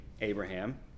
Abraham